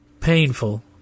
Painful